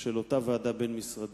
של אותה ועדה בין-משרדית,